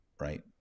right